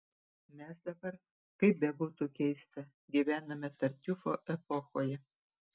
mes dabar kaip bebūtų keista gyvename tartiufo epochoje